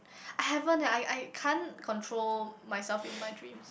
I haven't eh I I can't control myself in my dreams